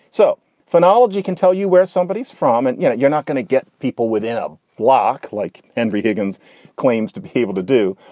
so phonology can tell you where somebody is from. and, you know, you're not going to get people within a flock like henry higgins claims to be able to do.